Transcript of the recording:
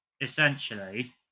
essentially